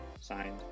Signed